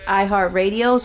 iHeartRadio